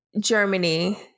Germany